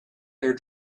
their